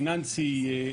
פיננסי,